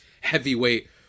heavyweight